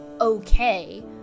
okay